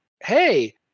Hey